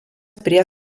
prie